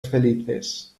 felices